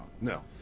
No